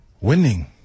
winning